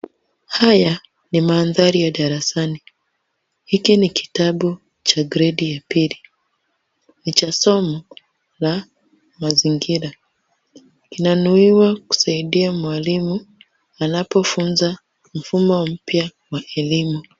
Haya ni mandhari ya darasani. Hiki ni kitabu cha gredi ya pili. Ni cha somo la mazingira. Kinanuiwa kusaidia mwalimu anapofunza mfumo mpya wa kilimo.